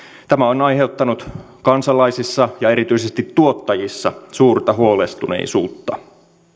tämä on aiheuttanut kansalaisissa ja erityisesti tuottajissa suurta huolestuneisuutta